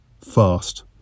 Fast